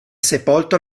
sepolto